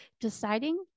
Deciding